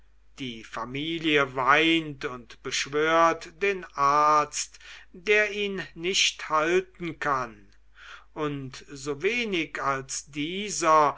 die familie weint und beschwört den arzt der ihn nicht halten kann und so wenig als dieser